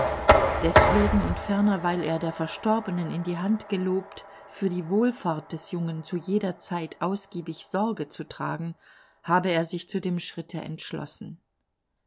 deswegen und ferner weil er der verstorbenen in die hand gelobt für die wohlfahrt des jungen zu jeder zeit ausgiebig sorge zu tragen habe er sich zu dem schritte entschlossen